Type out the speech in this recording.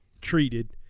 treated